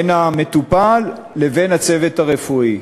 המטופל, לבין הצוות הרפואי.